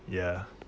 ya